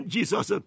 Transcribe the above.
Jesus